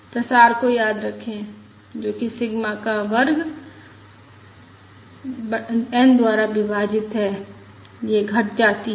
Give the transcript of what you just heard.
प्रसार को याद रखें जो कि सिग्मा का वर्ग n द्वारा विभाजित है यह घट जाती है